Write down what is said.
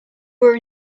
were